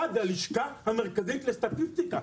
אחד זה הלשכה המרכזית לסטטיסטיקה,